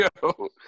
go